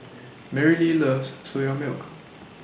Merrily loves Soya Milk